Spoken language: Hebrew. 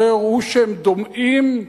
שלא יראו שהם דומעים,